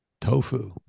tofu